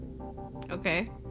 Okay